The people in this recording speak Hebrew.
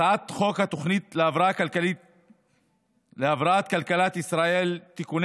הצעת חוק התוכנית להבראת כלכלת ישראל (תיקוני